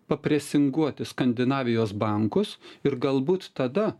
papresinguoti skandinavijos bankus ir galbūt tada